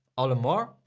all and more,